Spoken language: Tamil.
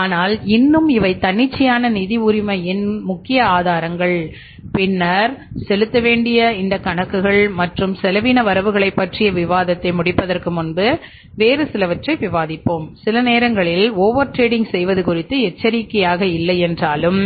ஆனால் இன்னும் இவை தன்னிச்சையான நிதி உரிமையின் முக்கிய ஆதாரங்கள் பின்னர் செலுத்த வேண்டிய இந்த கணக்குகள் மற்றும் செலவின வரவுகளைப் பற்றிய விவாதத்தை முடிப்பதற்கு முன்பு வேறு சிலவற்றை விவாதிப்போம் சில நேரங்களில் ஓவர் டிரேடிங் செய்வது குறித்து எச்சரிக்கையாக இல்லை என்றாலும்